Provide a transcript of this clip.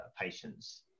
patients